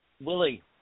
Willie